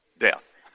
Death